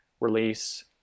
release